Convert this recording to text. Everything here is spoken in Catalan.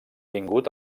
vingut